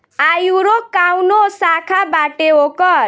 आयूरो काऊनो शाखा बाटे ओकर